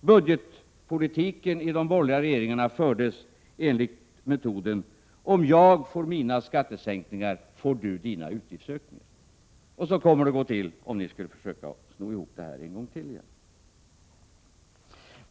Budgetpolitiken i de borgerliga regeringarna fördes enligt metoden: Om jag får mina skattesänkningar, får du dina utgiftsökningar. Så kommer det att gå till, om ni skulle försöka sno ihop det här en gång till.